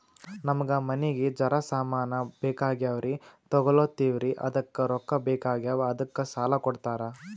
ನಮಗ ಮನಿಗಿ ಜರ ಸಾಮಾನ ಬೇಕಾಗ್ಯಾವ್ರೀ ತೊಗೊಲತ್ತೀವ್ರಿ ಅದಕ್ಕ ರೊಕ್ಕ ಬೆಕಾಗ್ಯಾವ ಅದಕ್ಕ ಸಾಲ ಕೊಡ್ತಾರ?